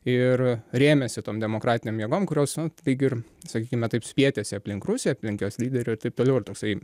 ir rėmėsi tom demokratinėm jėgom kurios nu lyg ir sakykime taip spietėsi aplink rusiją aplink jos lyderį ir taip toliau ir toksai